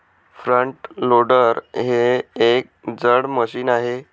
front loader हे एक जड मशीन आहे